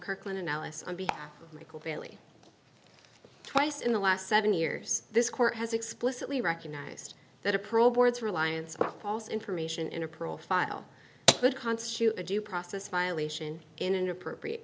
kirkland and ellis on behalf of michael bailey twice in the last seven years this court has explicitly recognized that a probe board's reliance on false information in a profile would constitute a due process violation in an appropriate